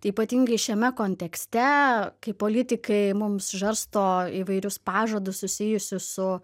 ypatingai šiame kontekste kai politikai mums žarsto įvairius pažadus susijusius su